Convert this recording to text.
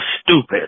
stupid